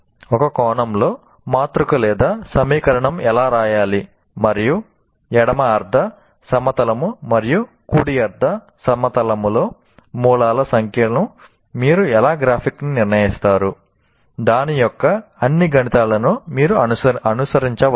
ఒక కోణంలో మాతృక లేదా సమీకరణం ఎలా వ్రాయాలి మరియు ఎడమ అర్ధ సమతలము మరియు కుడి అర్ధ సమతలములో మూలాల సంఖ్యను మీరు ఎలా గ్రాఫిక్గా నిర్ణయిస్తారు దాని యొక్క అన్ని గణితాలను మీరు అనుసరించవచ్చు